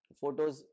Photos